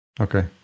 Okay